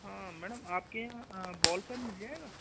हाँ मैडम आपके यहाँ बॉल पेन मिल जाएगा